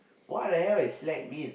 what the hell is slack mean